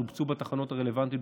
והן שובצו בתחנות הרלוונטיות,